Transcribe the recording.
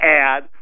add